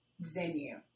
venue